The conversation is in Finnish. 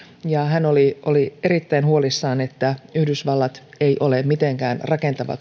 ja hän oli oli erittäin huolissaan että yhdysvallat ei ole mitenkään rakentava